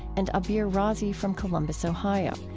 and abeer raazi from columbus, ohio,